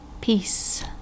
Peace